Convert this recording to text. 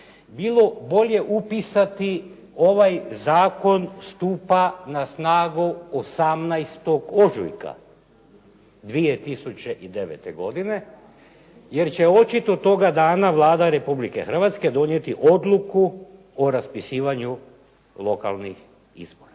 bilo bolje upisati ovaj zakon stupa na snagu 18. ožujka 2009. godine, jer će očito toga dana Vlada Republike Hrvatske donijeti odluku o raspisivanju lokalnih izbora.